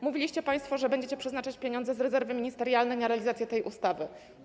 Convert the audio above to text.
Mówiliście państwo, że będziecie przeznaczać pieniądze z rezerwy ministerialnej na realizację tej ustawy.